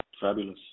fabulous